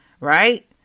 right